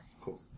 Cool